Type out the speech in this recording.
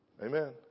Amen